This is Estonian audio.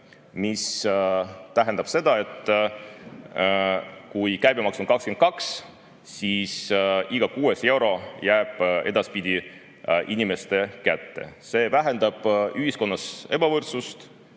See tähendab seda, et kui käibemaks on 22%, siis iga kuues euro jääb edaspidi inimesele kätte. See vähendab ühiskonnas ebavõrdsust